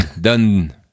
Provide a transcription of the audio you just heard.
done